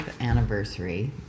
anniversary